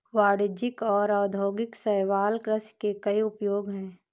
वाणिज्यिक और औद्योगिक शैवाल कृषि के कई उपयोग हैं